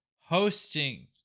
hosting